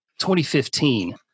2015